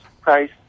price